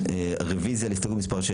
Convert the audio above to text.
מי בעד הרוויזיה על הסתייגות מספר 20?